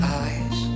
eyes